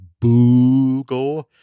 Boogle